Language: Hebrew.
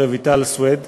רויטל סויד,